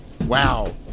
Wow